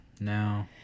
no